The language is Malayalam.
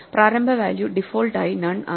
പ്രാരംഭ വാല്യൂ ഡിഫോൾട്ട് ആയി നൺ ആണ്